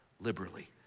liberally